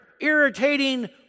irritating